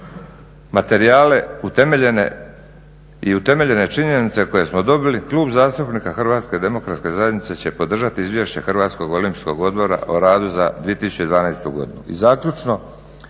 utemeljene i utemeljene činjenice koje smo dobili, Klub zastupnika HDZ-a će podržati izvješće Hrvatskog olimpijskog odbora o radu za 2012. godinu.